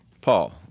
Paul